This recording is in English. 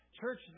Church